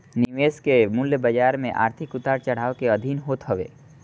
निवेश के मूल्य बाजार के आर्थिक उतार चढ़ाव के अधीन होत हवे